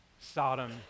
Sodom